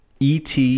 ET